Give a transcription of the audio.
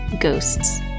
Ghosts